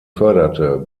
förderte